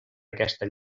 aquesta